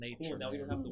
nature